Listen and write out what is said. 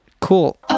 cool